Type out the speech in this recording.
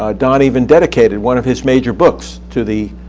ah don even dedicated one of his major books to the